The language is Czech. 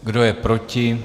Kdo je proti?